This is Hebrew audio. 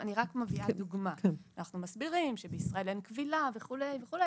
אנחנו מסבירים שבישראל אין כבילה וכו'.